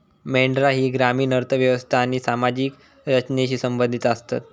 मेंढरा ही ग्रामीण अर्थ व्यवस्था आणि सामाजिक रचनेशी संबंधित आसतत